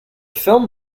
film